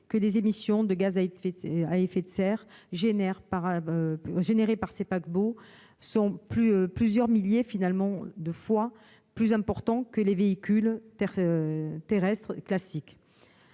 que les émissions de gaz à effet de serre de ces paquebots sont plusieurs milliers de fois plus importantes que celles d'un véhicule terrestre classique.